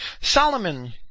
Solomon